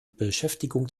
beschäftigung